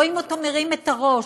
רואים אותו מרים את הראש,